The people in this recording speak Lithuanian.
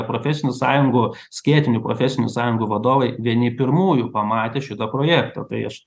profesinių sąjungų skėtinių profesinių sąjungų vadovai vieni pirmųjų pamatė šitą projektą tai aš